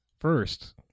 first